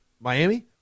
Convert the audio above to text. Miami